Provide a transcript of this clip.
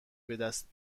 بدست